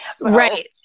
Right